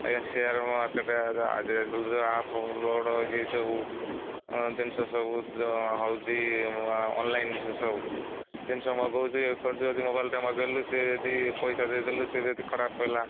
ଆଜ୍ଞା share market ଆ ଆଜିକାଲି ଯେଉଁ ଆପ ଲୋଡ଼ ଏଇସବୁ ଜିନିଷ ସବୁ ହେଉଛି ଅନଲାଇନ ସେସବୁ ଜିନିଷ ମଗଉଛି ଇଏ କରୁଛୁ ମୋବାଇଲଟେ ମଗେଇଲୁ ସେ ଯଦି ପଇସା ଦେଇଦେଲୁ ସିଏ ଯଦି ଖରାପ ପଡ଼ିଲା